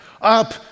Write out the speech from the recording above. Up